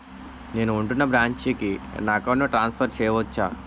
నేను ఉంటున్న బ్రాంచికి నా అకౌంట్ ను ట్రాన్సఫర్ చేయవచ్చా?